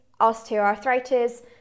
osteoarthritis